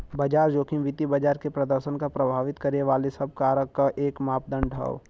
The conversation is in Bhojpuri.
बाजार जोखिम वित्तीय बाजार के प्रदर्शन क प्रभावित करे वाले सब कारक क एक मापदण्ड हौ